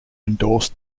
endorsed